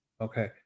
Okay